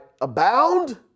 abound